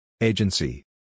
Agency